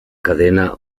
cadena